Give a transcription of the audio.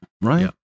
right